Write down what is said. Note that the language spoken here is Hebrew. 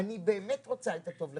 אני באמת רוצה את הטוב לכולם,